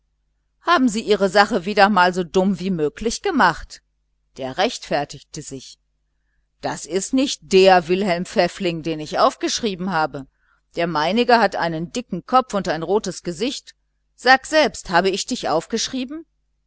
haben sie ihre sache wieder einmal so dumm wie möglich gemacht der rechtfertigte sich das ist nicht der wilhelm pfäffling den ich aufgeschrieben habe der meinige hat einen dicken kopf und ein rotes gesicht sag selbst habe ich dich aufgeschrieben